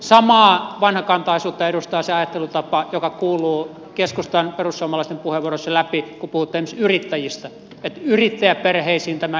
samaa vanhakantaisuutta edustaa se ajattelutapa joka kuuluu keskustan ja perussuomalaisten puheenvuoroissa läpi kun puhutte esimerkiksi yrittäjistä että yrittäjäperheisiin tämä ei sovi